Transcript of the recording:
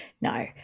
no